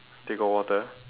they got water